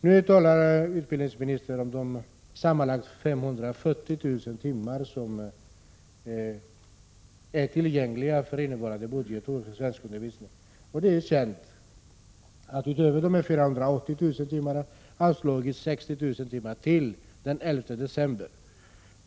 Nu talar utbildningsministern om de sammanlagt 540 000 timmar som är tillgängliga för svenskundervisning innevarande budgetår. Det är känt att vi utöver de 480 000 timmarna anslog ytterligare 60 000 timmar den 11 december.